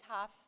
tough